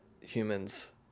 humans